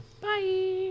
Bye